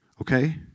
Okay